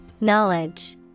Knowledge